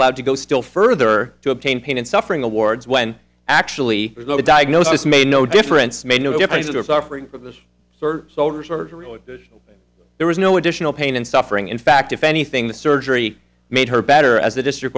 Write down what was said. allowed to go still further to obtain pain and suffering awards when actually there's no diagnosis made no difference made no if it was offering those soldiers were really there was no additional pain and suffering in fact if anything the surgery made her better as the district